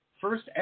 First